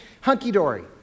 hunky-dory